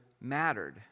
mattered